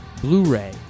Blu-ray